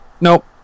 nope